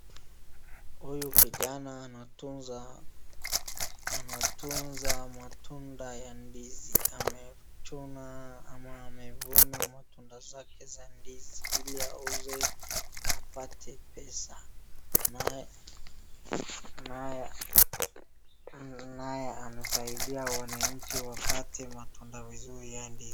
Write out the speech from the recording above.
Huyu kijana anatunza matunda ya ndizi, amechuna ama amevuna matunda zake za ndizi, ili auze na apate pesa naye anasaidia wananchi wapate matunda nzuri ya ndizi.